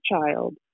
child